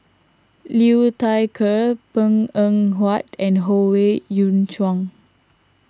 Liu Thai Ker Png Eng Huat and Howe Yoon Chong